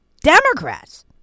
Democrats